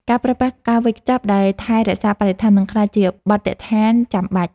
ការប្រើប្រាស់ការវេចខ្ចប់ដែលថែរក្សាបរិស្ថាន នឹងក្លាយជាបទដ្ឋានចាំបាច់។